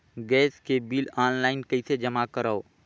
Gas के bill online कइसे जमा करव?